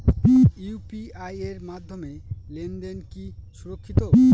UPI এর মাধ্যমে লেনদেন কি সুরক্ষিত?